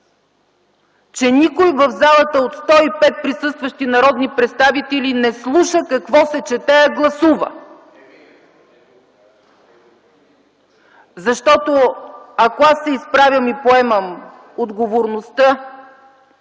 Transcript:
че никой в залата от 105 присъстващи народни представители не слуша какво се чете, а гласува. Защото, ако аз се изправям и поемам отговорността